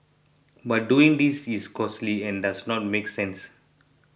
but doing this is costly and does not make sense